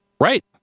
right